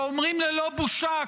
שאומרים ללא בושה,